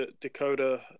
Dakota